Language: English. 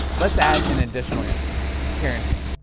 let's add an additional interest parenting.